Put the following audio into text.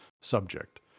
subject